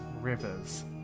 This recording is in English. rivers